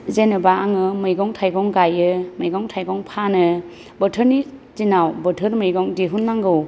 जेनेबा आङो मैगं थायगं गायो मैगं थायगं फानो बोथोरनि दिनाव बोथोर मैगं दिहुननांगौ